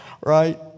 Right